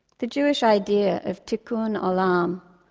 the jewish idea of tikkun olam,